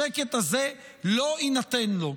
השקט הזה לא יינתן לו.